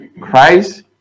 Christ